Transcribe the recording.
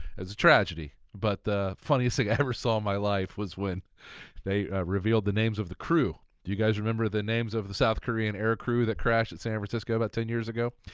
it's a tragedy, but the funniest thing i ever saw in my life was when they revealed the names of the crew. do you guys remember the names of the south korean air crew that crashed at san francisco about ten years ago?